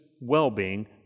well-being